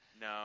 No